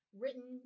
written